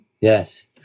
yes